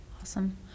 Awesome